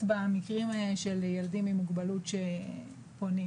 במקרים של ילדים עם מוגבלות שפונים.